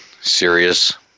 serious